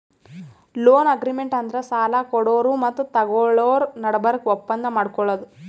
loan agreement ಅಂದ್ರ ಸಾಲ ಕೊಡೋರು ಮತ್ತ್ ತಗೋಳೋರ್ ನಡಬರ್ಕ್ ಒಪ್ಪಂದ್ ಮಾಡ್ಕೊಳದು